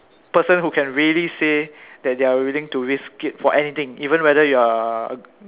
person who can really say that they are willing to risk it for anything even whether you are a